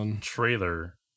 trailer